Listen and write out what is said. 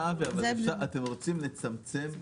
אתם רוצים לצמצם?